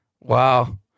Wow